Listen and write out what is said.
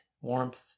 warmth